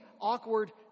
awkward